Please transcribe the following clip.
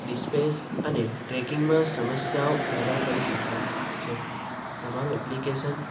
DSpace અને ટ્રેકિંગમાં સમસ્યાઓ પેદા કરી શકાય છે તમારું એપ્લિકેશન